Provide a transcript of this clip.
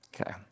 Okay